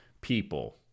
people